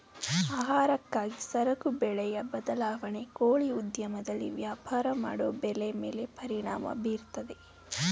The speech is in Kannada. ಆಹಾರಕ್ಕಾಗಿ ಸರಕು ಬೆಲೆಯ ಬದಲಾವಣೆ ಕೋಳಿ ಉದ್ಯಮದಲ್ಲಿ ವ್ಯಾಪಾರ ಮಾಡೋ ಬೆಲೆ ಮೇಲೆ ಪರಿಣಾಮ ಬೀರ್ತದೆ